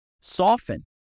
soften